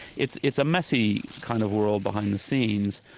it's it's a messy kind of world behind the scenes,